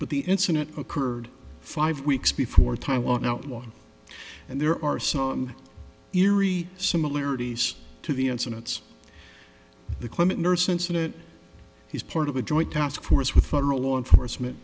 but the incident occurred five weeks before time on out one and there are some eerie similarities to the incidents the clinic nurse incident he's part of a joint task force with federal law enforcement